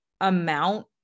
amount